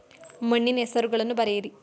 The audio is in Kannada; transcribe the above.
ಮಣ್ಣಿನ ಹೆಸರುಗಳನ್ನು ಬರೆಯಿರಿ